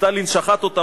סטלין שחט אותם.